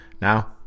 Now